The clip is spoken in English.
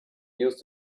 used